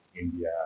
India